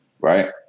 Right